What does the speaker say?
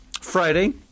Friday